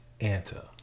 Anta